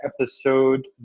episode